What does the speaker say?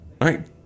right